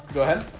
go ahead.